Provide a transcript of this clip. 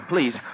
Please